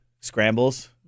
scrambles